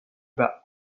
bas